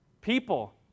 people